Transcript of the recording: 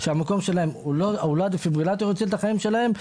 שהמקום שלהם הוא לא הדפיברילטור שיציל את החיים שלהם,